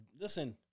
Listen